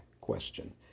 question